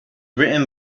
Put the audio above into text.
written